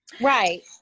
right